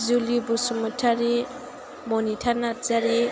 Juli Basumatary Manita Narzary